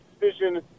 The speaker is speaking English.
decision